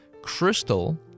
crystal